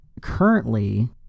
currently